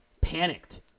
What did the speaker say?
panicked